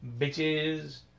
bitches